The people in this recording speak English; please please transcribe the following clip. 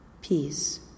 Peace